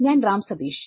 ഞാൻ രാം സതീഷ്